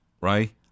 right